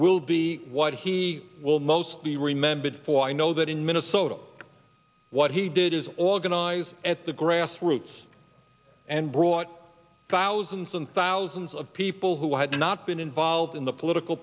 will be what he will most be remembered for i know that in minnesota what he did is organize at the grassroots and brought thousands and thousands of people who had not been involved in the political